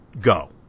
Go